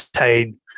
maintain